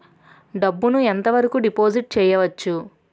డబ్బు ను ఎంత వరకు డిపాజిట్ చేయవచ్చు?